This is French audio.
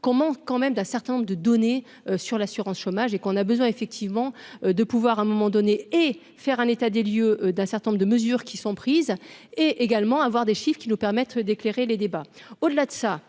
comment quand même d'un certain nombre de données sur l'assurance chômage et qu'on a besoin effectivement de pouvoir à un moment donné, et faire un état des lieux d'un certain nombre de mesures qui sont prises et également avoir des chiffes qui nous permettre d'éclairer les débats